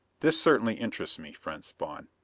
this certainly interests me, friend spawn.